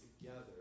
together